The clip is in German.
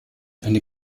eine